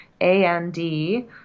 A-N-D